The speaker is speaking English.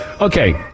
Okay